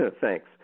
thanks